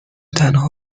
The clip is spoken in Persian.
تنها